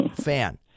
fan